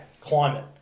climate